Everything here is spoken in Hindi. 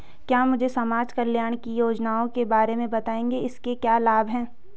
क्या मुझे समाज कल्याण की योजनाओं के बारे में बताएँगे इसके क्या लाभ हैं?